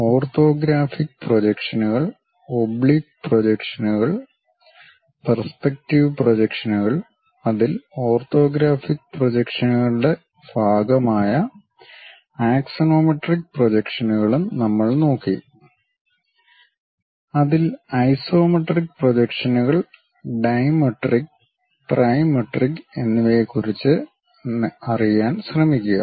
orthographic പ്രൊജക്ഷനുകൾ oblique പ്രൊജക്ഷനുകൾ perspective പ്രൊജക്ഷനുകൾ അതിൽ ഓർത്തോഗ്രാഫിക് പ്രൊജക്ഷനുകളുടെ ഭാഗമായ ആക്സോണോമെട്രിക് പ്രൊജക്ഷനുകളും നമ്മൾ നോക്കി അതിൽ ഐസോമെട്രിക് പ്രൊജക്ഷനുകൾ ഡൈമെട്രിക് ട്രൈമെട്രിക് എന്നിവയെക്കുറിച്ച് അറിയാൻ ശ്രമിക്കുക